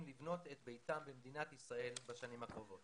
לבנות את ביתם במדינת ישראל בשנים הקרובות.